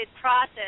process